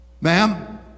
ma'am